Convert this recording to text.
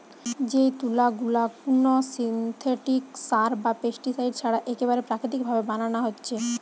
যেই তুলা গুলা কুনো সিনথেটিক সার বা পেস্টিসাইড ছাড়া একেবারে প্রাকৃতিক ভাবে বানানা হচ্ছে